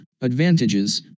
advantages